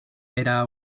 era